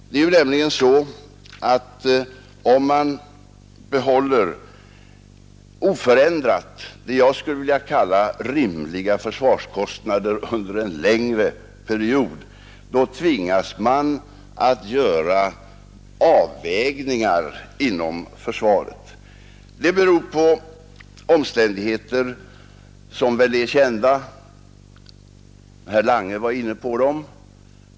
Om man behåller oförändrat vad jag skulle vilja kalla rimliga försvarskostnader under en längre period, tvingas man att göra avvägningar inom försvaret. Detta beror på omständigheter, som är väl kända. Herr Lange var inne på dem.